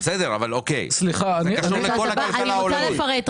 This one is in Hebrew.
זה קשור לכל הכלכלה העולמית,